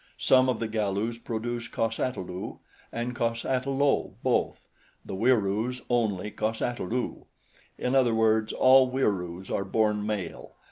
some of the galus produce cos-ata-lu and cos-ata-lo both the wieroos only cos-ata-lu in other words all wieroos are born male,